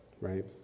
right